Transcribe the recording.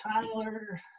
Tyler